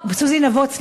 סוזי נבות.